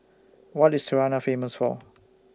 What IS Tirana Famous For